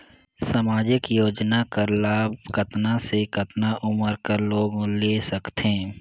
समाजिक योजना कर लाभ कतना से कतना उमर कर लोग ले सकथे?